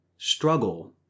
struggle